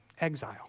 exile